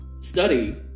study